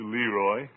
Leroy